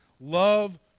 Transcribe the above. Love